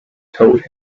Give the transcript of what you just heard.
told